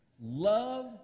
Love